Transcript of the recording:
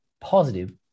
positive